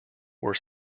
were